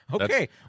Okay